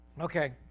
Okay